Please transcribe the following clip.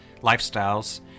Lifestyles